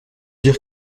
dire